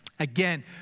Again